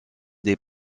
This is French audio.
des